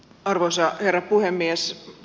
arvoisa herra puhemies